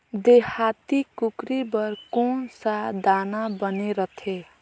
देहाती कुकरी बर कौन सा दाना बने रथे?